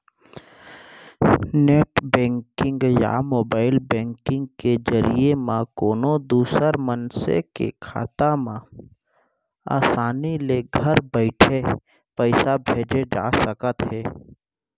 net banking या mobile banking के जरिए म कोनों दूसर मनसे के खाता म आसानी ले घर बइठे पइसा भेजे जा सकत हे